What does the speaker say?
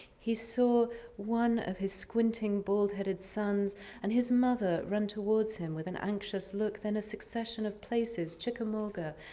he saw one of his squinting bald headed sons and his mother run towards him with an anxious look. and a succession of places, chickamauga,